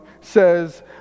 says